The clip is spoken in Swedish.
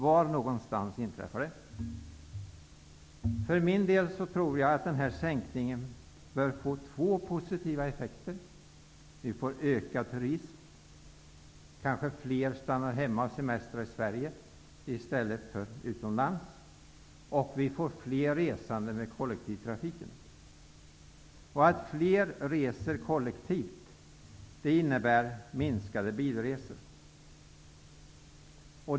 Var någonstans inträffar den? Jag tror att denna sänkning bör få två positiva effekter. Vi får ökad turism. Kanske fler stannar hemma och semestrar i Sverige i stället för utomlands. Vi får fler som reser med kolletivtrafiken. Att fler reser kollektivt innebär minskade bilresor.